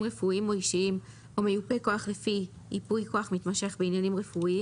רפואיים או אישיים או מיופה כוח לפי ייפוי כוח מתמשך בעניינים רפואיים